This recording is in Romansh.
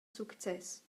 success